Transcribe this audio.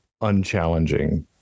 unchallenging